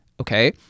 okay